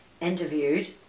interviewed